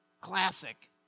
Classic